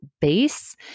base